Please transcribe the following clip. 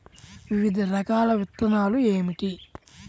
వివిధ రకాల విత్తనాలు ఏమిటి?